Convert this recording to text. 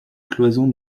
cloison